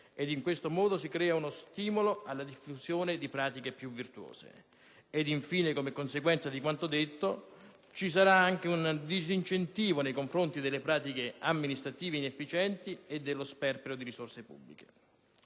ed in questo modo si crea uno stimolo alla diffusione delle pratiche più virtuose. Infine, come conseguenza di quanto detto, ci sarà anche un disincentivo nei confronti delle pratiche amministrative inefficienti e dello sperpero di risorse pubbliche.